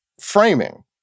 framing